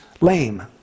lame